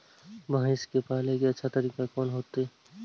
भैंस के पाले के अच्छा तरीका कोन होते?